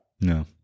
No